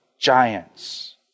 giants